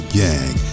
gang